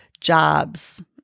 jobs